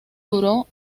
duró